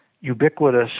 ubiquitous